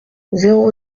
zéro